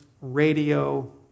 radio